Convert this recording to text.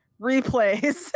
replays